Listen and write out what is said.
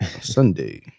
Sunday